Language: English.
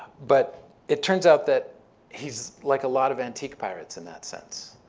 but it turns out that he's like a lot of antique pirates in that sense.